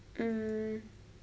mm